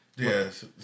Yes